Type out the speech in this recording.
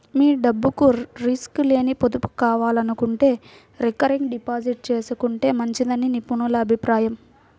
మీ డబ్బుకు రిస్క్ లేని పొదుపు కావాలనుకుంటే రికరింగ్ డిపాజిట్ చేసుకుంటే మంచిదని నిపుణుల అభిప్రాయం